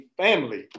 family